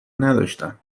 نداشتم